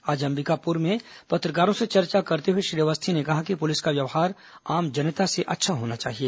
आज अंबिकापुर में पत्रकारों से चर्चा करते हुए श्री अवस्थी ने कहा कि पुलिस का व्यवहार आम जनता से अच्छा होना चाहिए